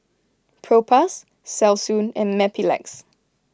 Propass Selsun and Mepilex